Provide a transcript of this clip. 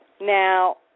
now